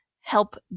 help